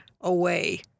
away